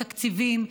בתקציבים,